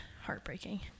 heartbreaking